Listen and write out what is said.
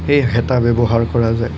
সেই হেতা ব্যৱহাৰ কৰা যায়